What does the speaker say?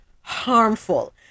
harmful